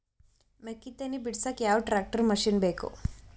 ಮೆಕ್ಕಿ ತನಿ ಬಿಡಸಕ್ ಯಾವ ಟ್ರ್ಯಾಕ್ಟರ್ ಮಶಿನ ಬೇಕು?